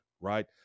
right